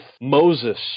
Moses